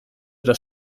das